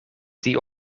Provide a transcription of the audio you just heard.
die